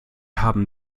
haben